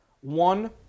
One